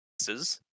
pieces